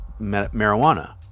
marijuana